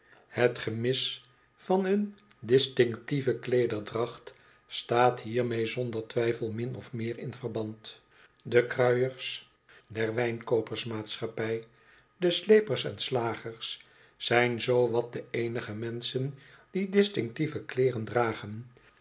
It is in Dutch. het gemis van een distinctieve kleederdracht staat hiermee zonder twijfel min of meer in verband de kruiers der wijnkoopersmaatschappij de sleepers en slagers zijn zoo wat de eenige menschen die distinctieve kleeren dragen